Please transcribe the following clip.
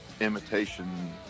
imitation